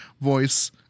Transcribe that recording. voice